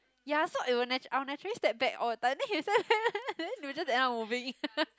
ya so it will natu~ I will naturally step back all the time he will we will just end up moving